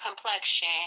complexion